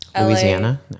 Louisiana